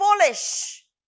foolish